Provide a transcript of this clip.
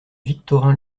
victorin